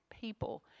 people